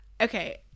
Okay